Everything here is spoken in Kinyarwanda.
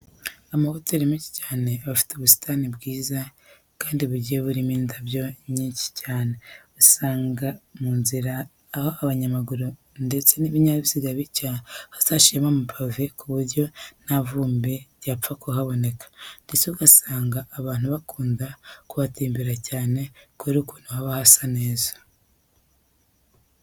Hari amahoteri menshi cyane aba afite ubusitani bwiza kandi bugiye burimo indabyo nyinshi cyane. Usanga mu nzira aho abanyamaguru ndetse n'ibinyabiuziga bica hasashemo amapave ku buryo nta vumbi ryapfa kuhaboneka ndetse ugasanga abantu bakunda kuhatemberera cyane kubera ukuntu haba hasa neza.